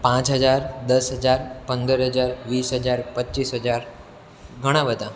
પાંચ હજાર દસ હજાર પંદર હજાર વીસ હજાર પચીસ હજાર ઘણા બધા